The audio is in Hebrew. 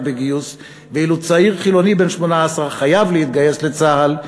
בגיוס ואילו צעיר חילוני בן 18 חייב להתגייס לצה"ל,